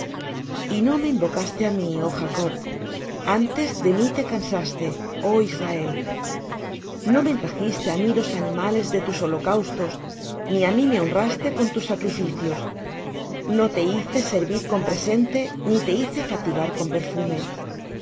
y no me invocaste á mí oh jacob antes de mí te cansaste oh israel no me trajiste á mí los animales de tus holocaustos ni á mí me honraste con tus sacrificios no te hice servir con presente ni te hice fatigar con perfume